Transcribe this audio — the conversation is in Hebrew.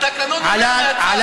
התקנון, להשיב מהצד.